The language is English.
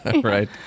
Right